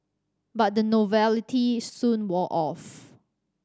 but the novelty soon wore off